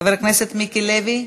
חבר הכנסת מיקי לוי,